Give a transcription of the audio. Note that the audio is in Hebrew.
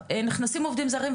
נכנסים עובדים זרים,